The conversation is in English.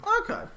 Okay